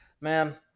Man